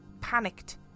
Panicked